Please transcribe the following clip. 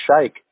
shake